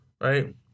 right